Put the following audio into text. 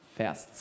Vers